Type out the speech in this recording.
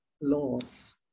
laws